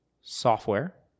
software